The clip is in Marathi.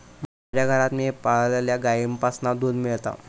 माज्या घरात मी पाळलल्या गाईंपासना दूध मेळता